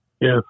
Yes